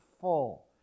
full